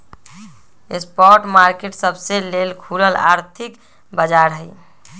spot market सबके लेल खुलल आर्थिक बाजार हइ